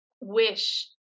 wish